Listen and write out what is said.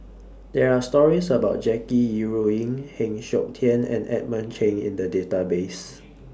There Are stories about Jackie Yi Ru Ying Heng Siok Tian and Edmund Cheng in The Database